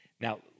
Now